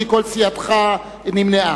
כי כל סיעתך נמנעה.